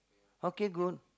okay good